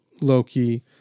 Loki